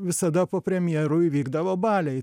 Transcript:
visada po premjerų įvykdavo baliai